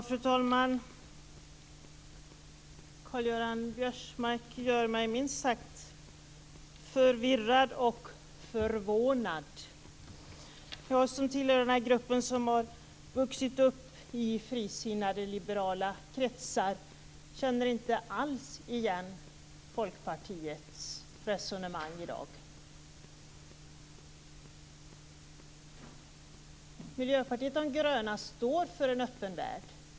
Fru talman! Karl-Göran Biörsmark gör mig minst sagt förvirrad och förvånad. Jag som hör till den grupp som vuxit upp i frisinnade liberala kretsar känner inte alls igen Folkpartiets resonemang i dag. Miljöpartiet de gröna står för en öppen värld.